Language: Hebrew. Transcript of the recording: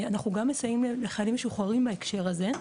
אנחנו גם מסייעים לחיילים משוחררים בהקשר הזה,